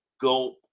go